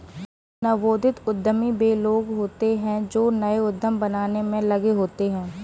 नवोदित उद्यमी वे लोग होते हैं जो नए उद्यम बनाने में लगे होते हैं